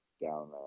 down